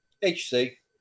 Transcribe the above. HC